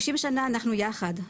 50 שנה אנחנו יחד,